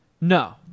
No